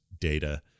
data